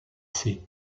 ses